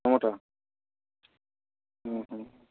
କ'ଣ ଟା